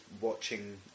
watching